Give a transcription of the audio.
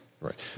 Right